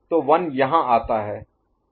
तो 1 यहाँ आता है